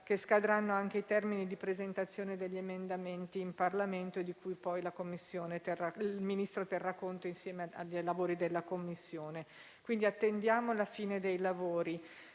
che scadrà anche il termine di presentazione degli emendamenti in Parlamento e di cui poi il Ministro terrà conto, insieme ai lavori della commissione. Attendiamo la fine dei lavori.